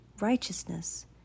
Righteousness